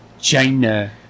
China